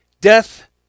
Death